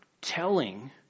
telling